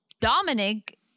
Dominic